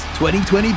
2020